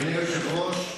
אדוני היושב-ראש,